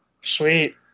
Sweet